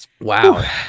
Wow